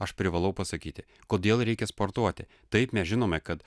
aš privalau pasakyti kodėl reikia sportuoti taip mes žinome kad